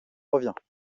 reviens